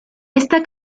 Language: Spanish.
esta